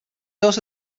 also